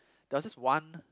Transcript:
there was this one